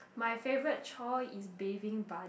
my favorite chore is bathing Buddy